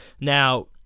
Now